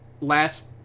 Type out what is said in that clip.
last